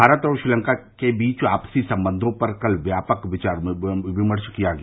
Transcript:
भारत और श्रीलंका के बीच आपसी संबंधों पर आज व्यापक विचार विमर्श किया गया